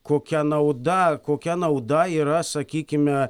kokia nauda kokia nauda yra sakykime